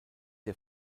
der